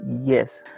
yes